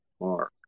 Mark